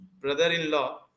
brother-in-law